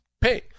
pay